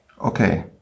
Okay